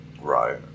Right